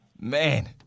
man